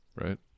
right